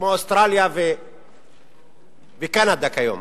כמו אוסטרליה וקנדה כיום,